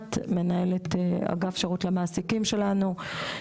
ענת מנהלת אגף שירות למעסיקים שלנו,